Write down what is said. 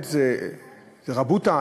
רבותא,